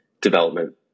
development